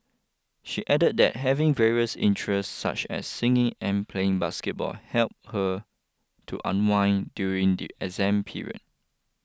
she added that having various interests such as singing and playing basketball help her to unwind during the exam period